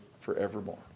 forevermore